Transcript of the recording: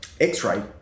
x-ray